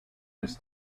was